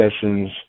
sessions